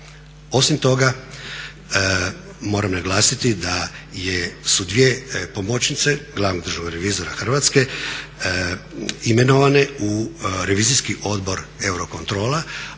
Osim toga moram naglasiti da su dvije pomoćnice glavnog državnog revizora Hrvatske imenovane u Revizijski odbor Eurocontrola